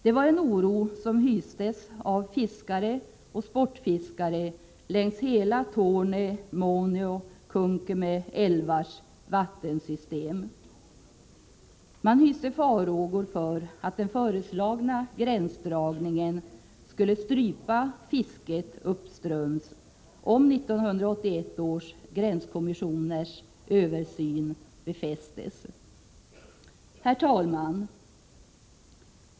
Det var en oro som hystes av fiskare och sportfiskare längs Torne-Muonio Könkämä älvars hela vattensystem. Man hyste farhågor för att den föreslagna gränsdragningen skulle strypa fisket uppströms, om 1981 års gränskommissioners översyn befästes. Herr talman!